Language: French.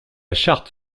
charte